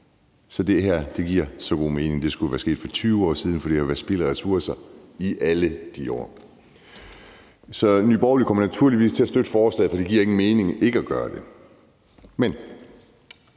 Så det her giver så god mening. Det skulle være sket for 20 år siden, for det har været et spild af ressourcer i alle de år. Så Nye Borgerlige kommer naturligvis til at støtte forslaget, for det giver ingen mening ikke at gøre det.